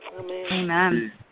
Amen